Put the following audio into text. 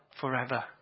forever